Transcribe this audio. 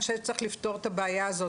אני חושבת שצריך לפתור את הבעיה הזאת,